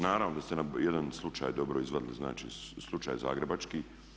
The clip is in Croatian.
Naravno da ste nam jedan slučaj dobro izvadili, znači slučaj zagrebački.